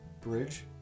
bridge